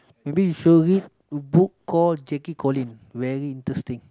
maybe storybook call Jackie Collin very interesting